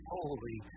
Holy